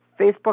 Facebook